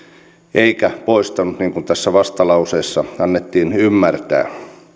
eikä poistanut niin kuin tässä vastalauseessa annettiin ymmärtää